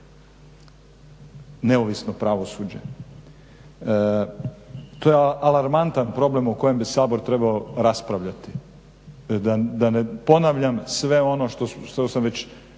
Neovisno pravosuđe. To je alarmantan problem o kojem bi Sabor trebao raspravljati, da ne ponavljam sve ono što sam već